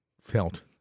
felt